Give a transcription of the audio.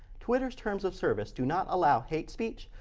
twitter's terms of service do not allow hate speech,